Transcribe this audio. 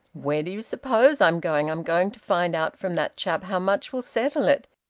where do you suppose i'm going? i'm going to find out from that chap how much will settle it.